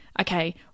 okay